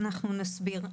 אנחנו נסביר.